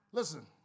Listen